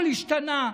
הכול השתנה.